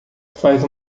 faz